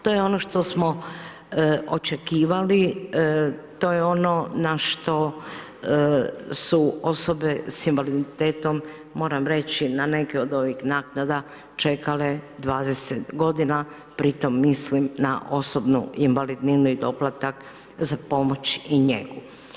To je ono što smo očekivali, to je ono na što su osobe sa invaliditetom moram reći na neke od ovih naknada čekale 20 godina pri tome mislim na osobnu invalidninu i doplatak za pomoć i njegu.